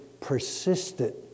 persistent